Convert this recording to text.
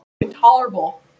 intolerable